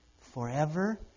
forever